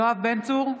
יואב בן צור,